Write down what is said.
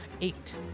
Eight